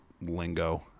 lingo